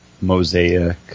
mosaic